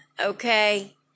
okay